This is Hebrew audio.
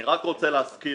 אני רק רוצה להזכיר